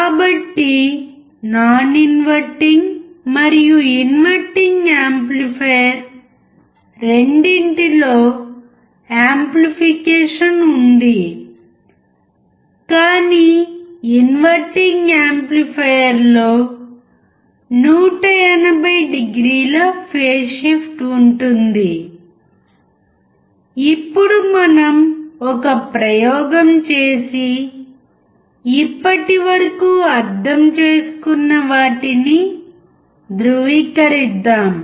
కాబట్టి non inverting మరియు inverting amplifier రెండింటిలో యాంప్లిఫికేషన్ ఉంది కానీ ఇన్వర్టింగ్ యాంప్లిఫైయర్లో 180 డిగ్రీల ఫేస్ షిఫ్ట్ ఉంటుంది ఇప్పుడు మనం ఒక ప్రయోగం చేసి ఇప్పటివరకు అర్థం చేసుకున్న వాటిని ధృవీకరిద్దాం